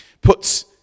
puts